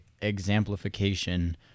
exemplification